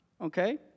Okay